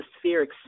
atmospheric